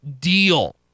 deal